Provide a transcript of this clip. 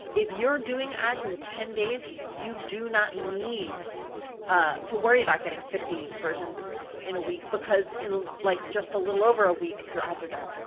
if you're doing ads in ten days, you do not need to worry about getting fifty conversions in a week because in like just a little over a week your ads are done.